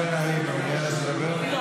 אתה יכול לשאול אם יש מישהו מהדוברים שרוצה.